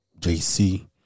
JC